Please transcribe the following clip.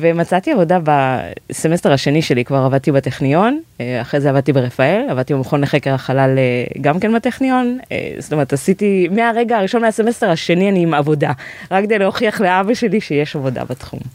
ומצאתי עבודה בסמסטר השני שלי, כבר עבדתי בטכניון, אה.. אחרי זה עבדתי ברפאל, עבדתי במכון לחקר החלל אה.. גם כן בטכניון, אה.. זאת אומרת עשיתי, מהרגע הראשון לסמסטר השני אני עם עבודה, רק כדי להוכיח לאבא שלי שיש עבודה בתחום.